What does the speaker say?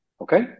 Okay